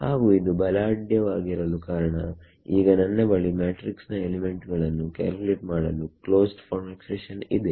ಹಾಗು ಇದು ಬಲಾಢ್ಯ ವಾಗಿರಲು ಕಾರಣ ಈಗ ನನ್ನ ಬಳಿ ಮ್ಯಾಟ್ರಿಕ್ಸ್ ನ ಎಲಿಮೆಂಟ್ಸ್ ಗಳನ್ನು ಕ್ಯಾಲ್ಕುಲೇಟ್ ಮಾಡಲು ಕ್ಲೋಸ್ಡ್ ಫಾರ್ಮ್ ಎಕ್ಸ್ಪ್ರೆಷನ್ ಇದೆ